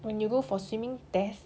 when you go for swimming test